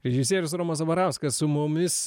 režisierius romas zabarauskas su mumis